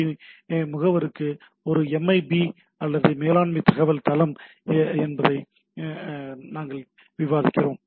B முகவருக்கு ஒரு MIP அல்லது மேலாண்மை தகவல் தளம் உள்ளது என்பதை நாங்கள் விவாதிக்கிறோம்